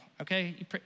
okay